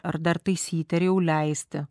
ar dar taisyti ar jau leisti